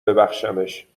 ببخشمش